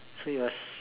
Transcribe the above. so it was